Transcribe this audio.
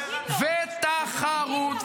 ותחרות,